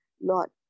Lord